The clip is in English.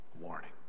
warning